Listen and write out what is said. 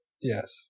Yes